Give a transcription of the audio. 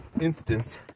instance